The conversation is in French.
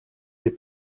des